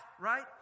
right